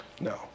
no